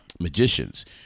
magicians